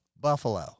Buffalo